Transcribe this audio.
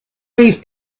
these